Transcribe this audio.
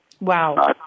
Wow